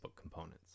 components